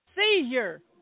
Seizure